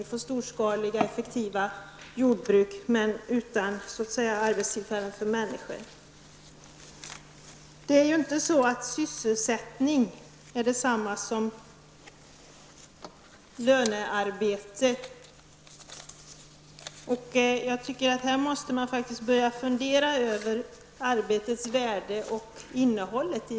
Det blir storskaliga effektiva jordbruk, men utan arbetstillfällen för människor. Sysselsättning är inte densamma som lönearbete. Här måste man börja fundera över arbetets värde och innehåll.